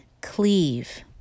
cleave